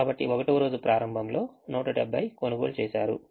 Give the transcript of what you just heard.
కాబట్టి 1వ రోజు ప్రారంభంలో 170 కొనుగోలు చేశారు